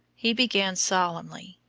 he began solemnly